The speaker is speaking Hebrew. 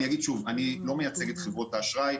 אני לא מייצג את חברות האשראי.